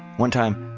one time,